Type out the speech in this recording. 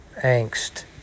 angst